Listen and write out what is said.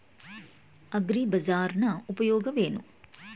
ಅಗ್ರಿಬಜಾರ್ ನ ಉಪಯೋಗವೇನು?